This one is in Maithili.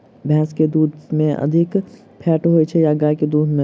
भैंस केँ दुध मे अधिक फैट होइ छैय या गाय केँ दुध में?